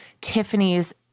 Tiffany's